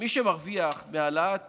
מי שמרוויח מהעלאת